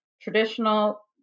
traditional